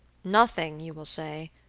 nothing, you will say,